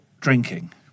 drinking